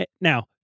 Now